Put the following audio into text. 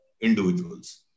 individuals